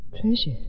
Treasure